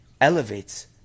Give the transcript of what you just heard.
elevates